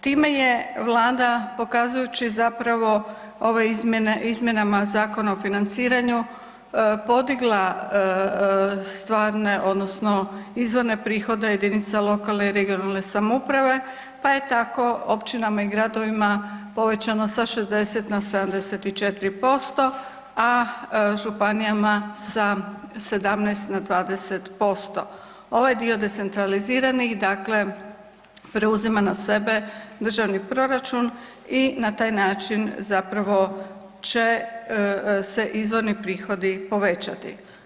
Time je Vlada pokazujući zapravo ovim izmjenama Zakona o financiranju podigla stvarne odnosno izvorne prihode jedinica lokalne i regionalne samouprave pa je tako općinama i gradovima povećano sa 60 na 74%, a županijama sa 17 na 20%, ovaj dio decentraliziranih preuzima na sebe državni proračun i na taj način će se izvorni prihodi povećati.